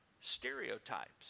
stereotypes